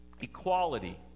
Equality